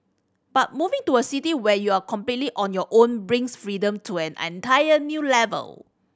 but moving to a city where you're completely on your own brings freedom to an entire new level